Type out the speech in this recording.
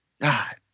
God